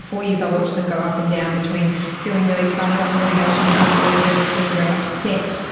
four years i watched them go up and down between feeling really excited about the litigation, feeling nervous, feeling very upset,